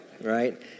Right